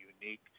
unique